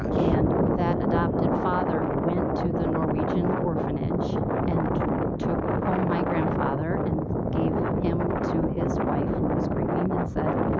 and that adopted father went to the norwegian orphanage and took home my grandfather and gave him to his wife, who was grieving and said,